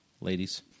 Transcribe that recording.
ladies